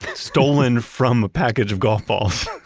stolen from a package of golf balls,